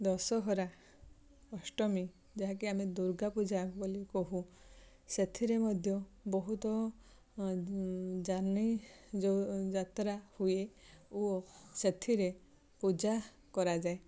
ଦଶହରା ଅଷ୍ଟମୀ ଯାହାକି ଆମେ ଦୁର୍ଗା ପୂଜା ବୋଲି କହୁ ସେଥିରେ ମଧ୍ୟ ବହୁତ ଯାନି ଯେଉଁ ଯାତ୍ରା ହୁଏ ଓ ସେଥିରେ ପୂଜା କରାଯାଏ